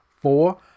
four